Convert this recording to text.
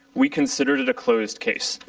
we considered it a closed case.